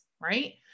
right